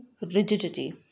rigidity